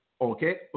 okay